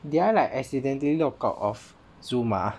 did I like accidentally lock out of Zoom ah